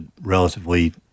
relatively